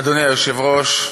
אדוני היושב-ראש,